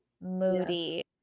moody